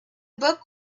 book